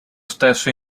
stesso